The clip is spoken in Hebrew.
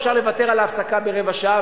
אפשר לוותר על ההפסקה ברבע שעה,